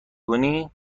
کنی